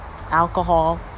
alcohol